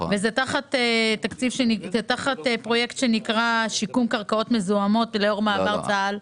זה תחת פרויקט שנקרא שיקום קרקעות מזוהמות לאור מעבר צה"ל.